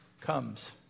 comes